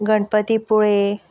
Ganpatipule